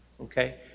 Okay